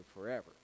forever